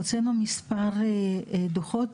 הוצאנו מספר דוחות,